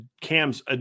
Cam's